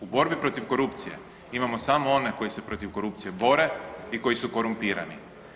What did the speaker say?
U borbi protiv korupcije imamo samo one koji se protiv korupcije bore i koji su korumpirani.